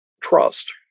trust